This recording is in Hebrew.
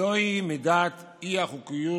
זוהי מידת אי החוקיות